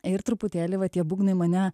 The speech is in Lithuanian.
ir truputėlį va tie būgnai mane